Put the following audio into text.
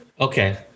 Okay